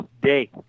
day